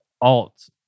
Alt